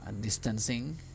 distancing